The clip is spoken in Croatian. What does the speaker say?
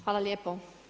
Hvala lijepo.